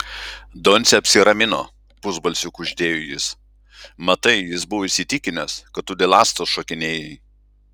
doncė apsiramino pusbalsiu kuždėjo jis matai jis buvo įsitikinęs kad tu dėl astos šokinėjai